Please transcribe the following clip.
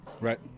Right